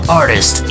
artist